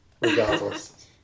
regardless